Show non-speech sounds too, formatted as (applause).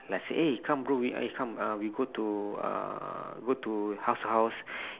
let's say eh come bro eh come we go to uh we go to house to house (breath)